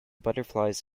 butterflies